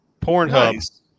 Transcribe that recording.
Pornhub